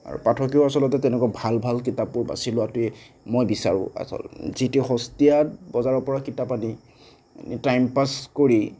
আৰু পাঠকেও আচলতে তেনেকুৱা ভাল ভাল কিতাপবোৰ বাচি লোৱাটোৱে মই বিচাৰোঁ যিটোৱে সস্তীয়া বজাৰৰ পৰা কিতাপ আনি আনি টাইম পাছ কৰি